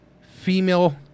female